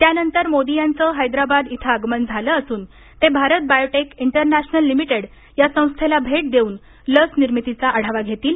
त्यानंतर मोदी याचं हैदराबाद इथं आगमन झालं असून ते भारत बायोटेक इंटरनॅशनल लिमिटेड या संस्थेला भेट देऊनलस निर्मितीचा आढावा घेतील